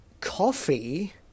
coffee